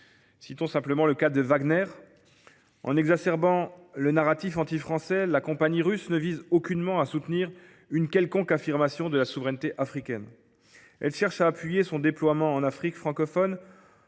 Citons simplement le cas du groupe Wagner. En exacerbant le narratif anti Français, la compagnie russe ne vise aucunement à soutenir une quelconque affirmation des souverainetés africaines. Elle cherche à appuyer son déploiement en Afrique francophone,